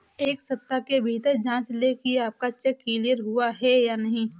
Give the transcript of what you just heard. एक सप्ताह के भीतर जांच लें कि आपका चेक क्लियर हुआ है या नहीं